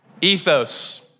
Ethos